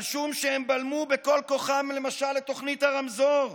על שום שהם בלמו בכל כוחם למשל את תוכנית הרמזור,